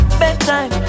bedtime